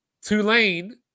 Tulane